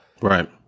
Right